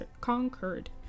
conquered